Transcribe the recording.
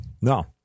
no